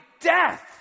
death